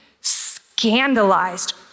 scandalized